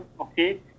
okay